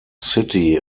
city